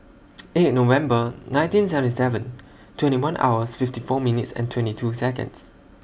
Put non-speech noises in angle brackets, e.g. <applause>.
<noise> eight November nineteen seventy seven twenty one hours fifty four minutes and twenty two Seconds